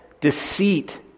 Deceit